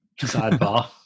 sidebar